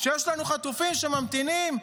שיש לנו חטופים שממתינים,